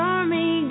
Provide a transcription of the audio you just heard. Army